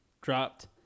dropped